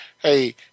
Hey